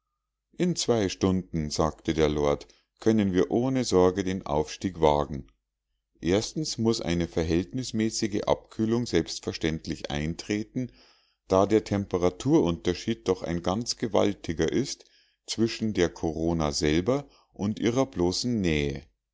in zwei stunden sagte der lord können wir ohne sorge den aufstieg wagen erstens muß eine verhältnismäßige abkühlung selbstverständlich eintreten da der temperaturunterschied doch ein ganz gewaltiger ist zwischen der korona selber und ihrer bloßen nähe